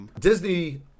Disney